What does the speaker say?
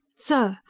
sir!